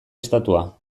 estatua